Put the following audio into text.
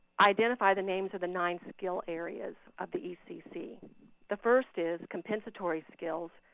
identify the names of the nine skill areas of the ecc. the first is compensatory skills,